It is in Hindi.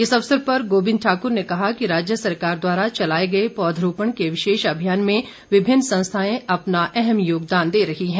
इस अवसर पर गोविंद ठाकुर ने कहा कि राज्य सरकार द्वारा चलाए गए पौधरोपण के विशेष अभियान में विभिन्न संस्थाएं अपना अहम योगदान दे रही हैं